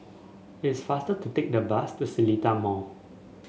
it is faster to take the bus to Seletar Mall